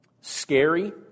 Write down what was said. scary